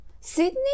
Sydney